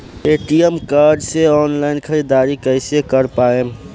ATM card से online ख़रीदारी कइसे कर पाएम?